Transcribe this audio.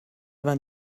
vingt